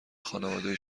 خانواده